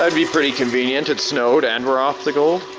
ah be pretty convenient. it snowed and we're off the gold.